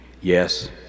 Yes